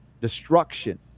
destruction